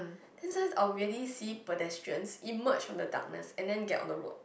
then sometimes I will really see pedestrians emerge from the darkness and then get on the road